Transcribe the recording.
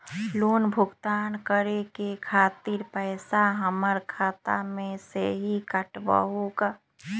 Loan भुगतान करे के खातिर पैसा हमर खाता में से ही काटबहु का?